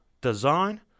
design